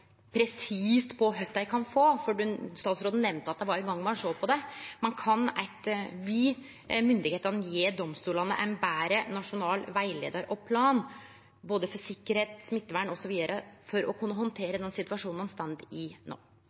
på kva dei kan få, for statsråden nemnde at ein var i gang med å sjå på det. Men kan myndigheitene gje domstolane ein betre nasjonal rettleiar og plan, både for sikkerheit og smittevern, osv., for å kunne handtere den situasjonen dei står i no?